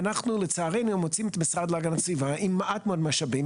ואנחנו לצערנו מוצאים את המשרד להגנת הסביבה עם מעט מאוד משאבים.